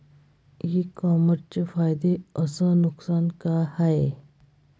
इ कामर्सचे फायदे अस नुकसान का हाये